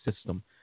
system